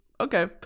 Okay